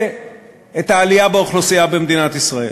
את העלייה באוכלוסייה במדינת ישראל.